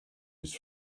was